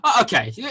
Okay